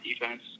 defense